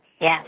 Yes